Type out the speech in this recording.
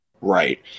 right